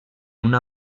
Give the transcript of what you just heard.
una